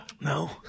No